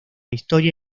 historia